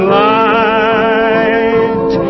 light